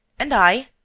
and i?